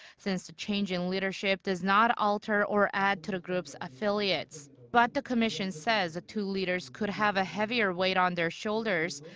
since the change in leadership does not alter or add to the groups' affiliates. but the commission says the two leaders could have a heavier weight on their shoulders.